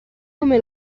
come